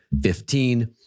fifteen